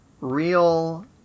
real